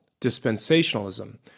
dispensationalism